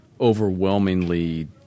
overwhelmingly